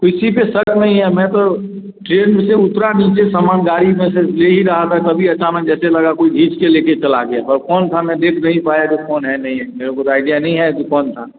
किसी पर शक नहीं है मैं तो ट्रेन में से उतरा नीचे सामान गाड़ी में से ले ही रहा था तभी अचानक जैसे लगा कोई खींच कर ले के चला गया वो कौन था मैं देख नहीं पाया जे कौन है नहीं है मेरे को तो आइडिया नहीं है कि कौन था